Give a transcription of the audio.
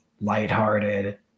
lighthearted